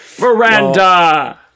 Miranda